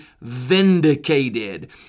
vindicated